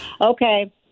Okay